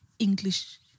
English